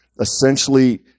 essentially